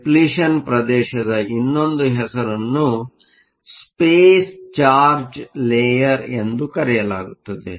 depletion ಪ್ರದೇಶದ ಇನ್ನೊಂದು ಹೆಸರನ್ನು ಸ್ಪೇಸ್ ಚಾರ್ಜ್ ಲೇಯರ್ ಎಂದು ಕರೆಯಲಾಗುತ್ತದೆ